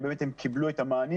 האם באמת הם קיבלו את המענים?